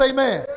Amen